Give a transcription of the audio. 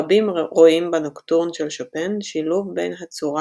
רבים רואים בנוקטורן של שופן שילוב בין הצורה